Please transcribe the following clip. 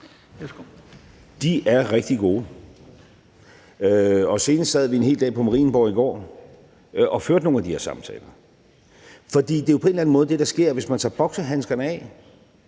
De er rigtig gode. Og så sent som i går sad vi en hel dag på Marienborg og førte nogle af de her samtaler, for det er jo på en eller anden måde det, der sker, hvis man tager boksehandskerne af